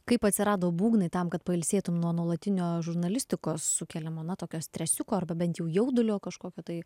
kaip atsirado būgnai tam kad pailsėtum nuo nuolatinio žurnalistikos sukeliamo na tokio stresiuko arba bent jau jaudulio kažkokio tai